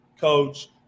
coach